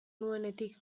nuenetik